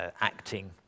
acting